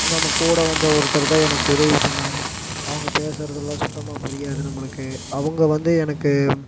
நம்ம கூட வந்த ஒருத்தருதான் எனக்கு உதவி பண்ணுனாரு அவங்க பேசுகிறதெல்லாம் சுத்தமாக புரியாது நம்மளுக்கு அவங்க வந்து எனக்கு